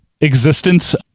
existence